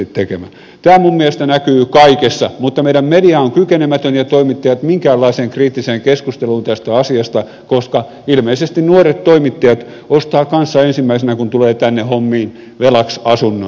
tämä minun mielestä näkyy kaikessa mutta meidän media ja toimittajat ovat kykenemättömiä minkäänlaiseen kriittiseen keskusteluun tästä asiasta koska ilmeisesti myös nuoret toimittajat kun tulevat tänne hommiin ostavat ensimmäisenä velaksi asunnon